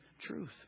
truth